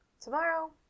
tomorrow